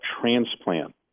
transplant